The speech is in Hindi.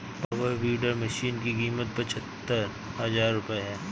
पावर वीडर मशीन की कीमत पचहत्तर हजार रूपये है